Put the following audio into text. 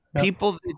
people